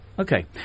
Okay